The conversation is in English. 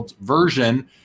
version